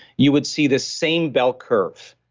you would see the same bell curve,